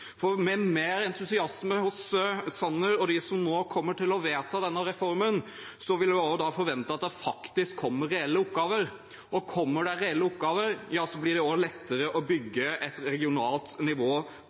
For med mer entusiasme hos Sanner og dem som nå kommer til å vedta denne reformen, vil man også forvente at det faktisk kommer reelle oppgaver. Og kommer det reelle oppgaver, blir det også lettere å